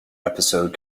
episode